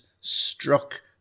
struck